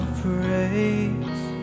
praise